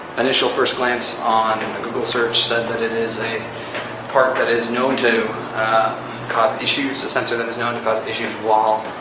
initial first glance on and a google search said that it is a part that is known to cause issues, a sensor that is known to cause issues while